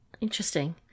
interesting